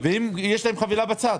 יש להם חבילה בצד.